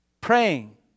praying